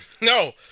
No